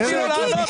אז תני לו לענות.